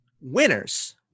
Winners